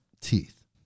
teeth